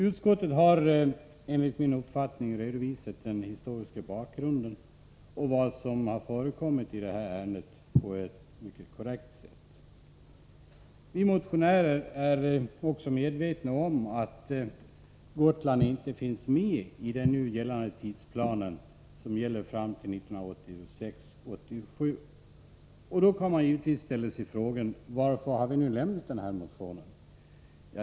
Utskottet har enligt min uppfattning på ett mycket korrekt sätt redovisat den historiska bakgrunden och vad som förekommit i detta ärende. Vi motionärer är också medvetna om att Gotland inte finns med i den nu gällande tidsplanen, som gäller fram till 1986/87. Man kan då ställa frågan varför vi nu har väckt denna motion.